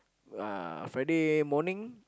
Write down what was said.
uh Friday morning